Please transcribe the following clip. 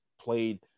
played